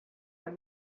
are